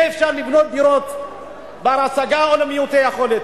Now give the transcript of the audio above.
יהיה אפשר לבנות דיור בר-השגה או למעוטי יכולת.